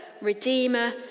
redeemer